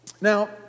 Now